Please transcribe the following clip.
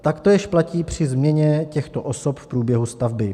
Taktéž platí při změně těchto osob v průběhu stavby.